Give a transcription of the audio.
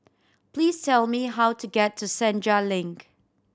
please tell me how to get to Senja Link